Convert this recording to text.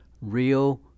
real